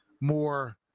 more